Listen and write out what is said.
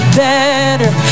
better